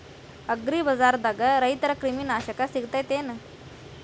ಅಗ್ರಿಬಜಾರ್ದಾಗ ರೈತರ ಕ್ರಿಮಿ ನಾಶಕ ಸಿಗತೇತಿ ಏನ್?